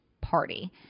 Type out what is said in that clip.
party